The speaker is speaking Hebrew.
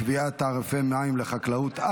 קביעת תעריפי מים לחקלאות),